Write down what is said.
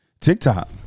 TikTok